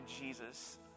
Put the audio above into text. Jesus